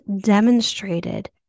demonstrated